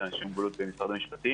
לאנשים עם מוגבלות במשרד המשפטים.